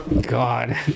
God